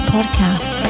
Podcast